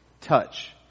touch